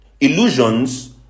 Illusions